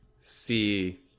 See